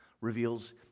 Reveals